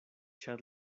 ĉar